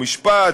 חוק ומשפט,